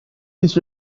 this